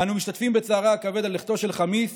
אנו משתתפים בצערה הכבד על לכתו של חמיס